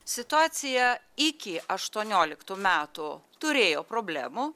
situacija iki aštuonioliktų metų turėjo problemų